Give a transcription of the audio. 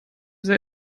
sehr